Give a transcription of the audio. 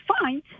find